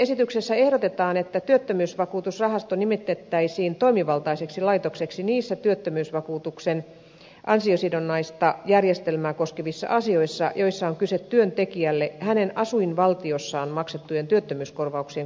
esityksessä ehdotetaan että työttömyysvakuutusrahasto nimitettäisiin toimivaltaiseksi laitokseksi niissä työttömyysvakuutuksen ansiosidonnaista järjestelmää koskevissa asioissa joissa on kyse työntekijälle hänen asuinvaltiossaan maksettujen työttömyyskorvauksien korvaamisesta